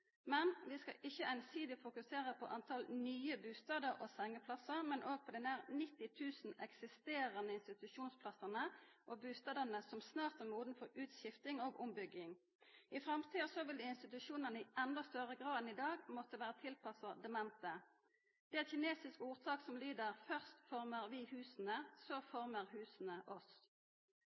Men vi skal ikkje einsidig fokusera på talet på nye bustader og sengeplassar, men òg på dei nær 90 000 eksisterande institusjonsplassane og bustadene som snart er modne for utskifting og ombygging. I framtida vil institusjonane i enda større grad enn i dag måtta vera tilpassa demente. Det er eit kinesisk ordtak som lyder: Først formar vi husa. Så formar husa oss.